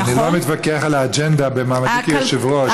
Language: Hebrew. אני לא מתווכח על האג'נדה במעמדי כיושב-ראש,